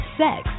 sex